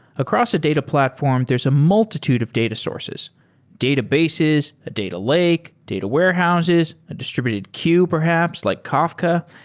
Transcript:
across a data platform, there's a multitude of data sources databases, a data lake, data warehouses, a distributed queue perhaps, like kafka.